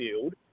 field